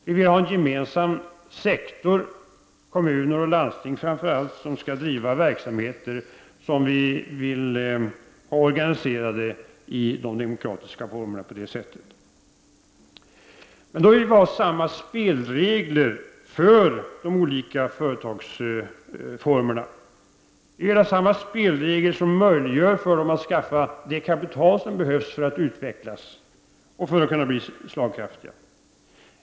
Vi vill ha en gemensam sektor, där framför allt kommuner och landsting skall driva verksamheter som vi vill ha organiserade i de demokratiska formerna på det sättet. Men då vill vi ha samma spelregler för de olika företagsformerna. Vi vill ha spelregler som möjliggör för dem att skaffa det kapital som de behöver för att utveckas och bli slagkraftiga.